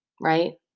right